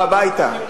אז הוא בא הביתה,